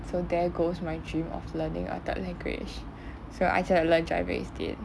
so there goes my dream of learning a third language so I decided to learn driving instead